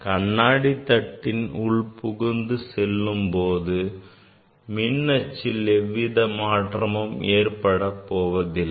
கண்ணாடித் தட்டின் உள் புகுந்து செல்லும் போது மின் அச்சில் எவ்வித மாற்றமும் ஏற்படுவதில்லை